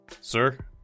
Sir